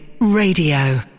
Radio